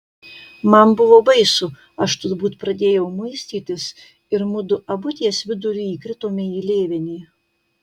man buvo baisu aš turbūt pradėjau muistytis ir mudu abu ties viduriu įkritome į lėvenį